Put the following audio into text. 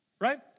right